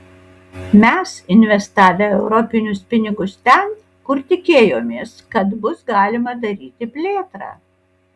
mes investavę europinius pinigus ten kur tikėjomės kad bus galima daryti plėtrą